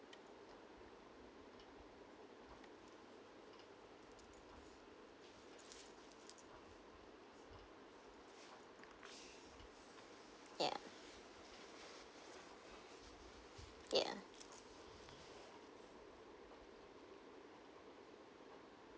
ya ya